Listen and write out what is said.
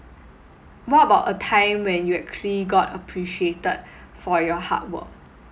what about a time when you actually got appreciated for your hard work